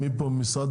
משרד